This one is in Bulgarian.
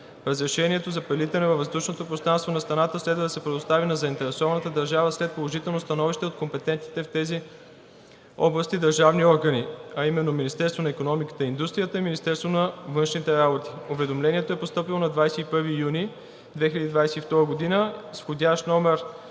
разрешението за прелитането във въздушното пространство на страната следва да се предостави на заинтересованата държава след положително становище от компетентните в тези области държавни органи, а именно Министерството на икономиката и индустрията и Министерството на външните работи. Уведомлението е постъпило на 1 юни 2022 г. с вх. №